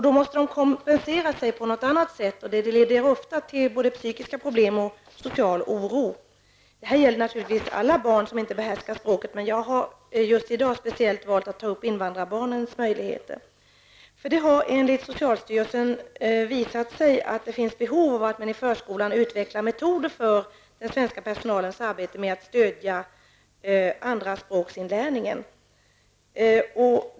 Då måste de kompensera sig på något annat sätt, och det leder ofta till både psykiska problem och social cal oro. Det här gäller naturligtvis alla barn som inte behärskar språket, men jag har just i dag speciellt valt att ta upp invandrarbarnens möjligheter. Det har nämligen enligt socialstyrelsen visat sig att det finns behov av att man i förskolan utvecklar metoder för den svenska personalens arbete när det gäller att stödja andraspråksinlärningen.